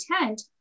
intent